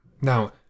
Now